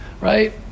right